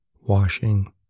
washing